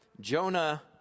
Jonah